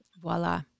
voila